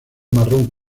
marrón